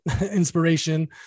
inspiration